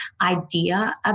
idea